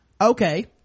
Okay